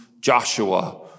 Joshua